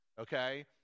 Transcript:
okay